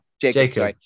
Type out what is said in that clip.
Jacob